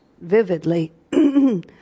vividly